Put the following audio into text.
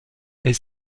est